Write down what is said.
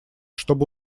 чтобы